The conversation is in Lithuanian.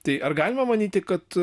tai ar galima manyti kad